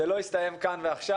יסתיים כאן ועכשיו.